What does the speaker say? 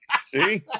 See